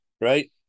right